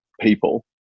people